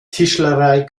tischlerei